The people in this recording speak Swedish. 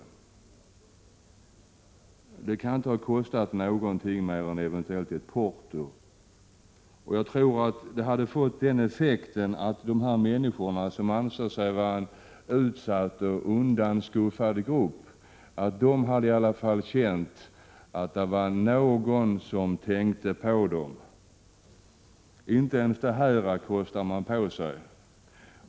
Det kunde inte ha kostat något mer än eventuellt ett porto. Jag tror att det hade fått den effekten att dessa människor, som anser sig vara en utsatt och undanskuffad grupp, i alla fall hade känt att någon tänkte på dem. Inte ens detta kostar man på sig.